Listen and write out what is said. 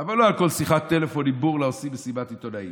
אבל לא על כל שיחת טלפון עם בורלא עושים מסיבת עיתונאים.